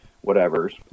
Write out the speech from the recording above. whatever's